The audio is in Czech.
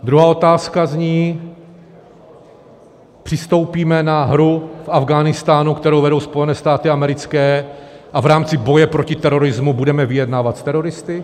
Druhá otázka zní: Přistoupíme na hru v Afghánistánu, kterou vedou Spojené státy americké, a v rámci boje proti terorismu budeme vyjednávat s teroristy?